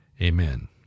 amen